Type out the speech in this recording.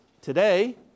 today